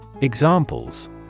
Examples